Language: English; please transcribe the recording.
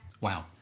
Wow